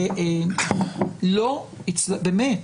באמת,